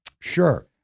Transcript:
Sure